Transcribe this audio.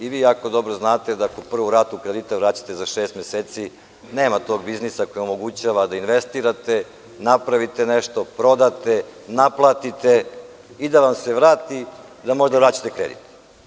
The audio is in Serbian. I vi jako dobro znate da ako prvu ratu kredita vraćate za šest meseci, nema tog biznisa koji omogućava da investirate, napravite nešto, prodate, naplatite i da vam se vrati da možete da vraćate kredit.